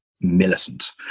militant